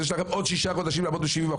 יש לכם עוד שישה חודשים לעמוד ב-70%.